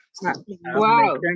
Wow